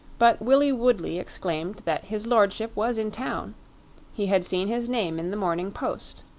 but willie woodley exclaimed that his lordship was in town he had seen his name in the morning post.